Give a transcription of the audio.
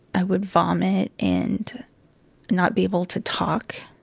i would vomit and not be able to talk.